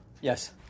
Yes